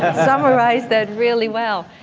summarized that really well.